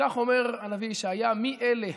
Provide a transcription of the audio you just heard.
וכך אומר הנביא ישעיה: "מי אלה